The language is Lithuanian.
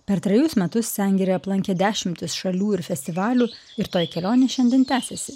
per trejus metus sengirė aplankė dešimtis šalių ir festivalių ir toji kelionė šiandien tęsiasi